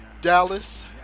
dallas